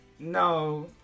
No